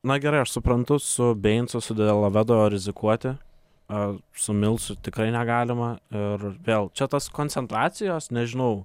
na gerai aš suprantu su beinsu su delovedova rizikuoti a su milsu tikrai negalima ir vėl čia tas koncentracijos nežinau